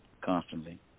constantly